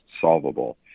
solvable